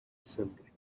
assembly